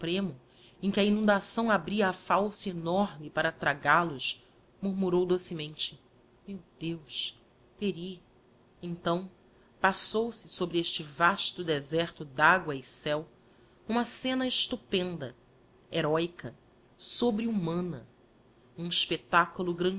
supremo em que a inundação abria a fauce enorme para tragal murmurou docemente meu deus pery então passou-se sobre este vasto deserto d'agua e céu uma scena estupenda heróica sobrehumana